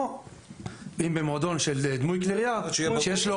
או אם במועדון של דמוי כלי ירייה שיש לו